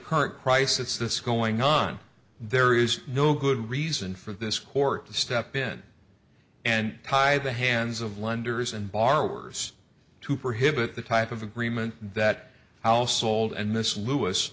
current crisis this going on there is no good reason for this court to step in and tie the hands of lenders and borrowers to prohibit the type of agreement that household and miss l